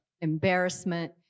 embarrassment